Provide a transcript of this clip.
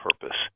purpose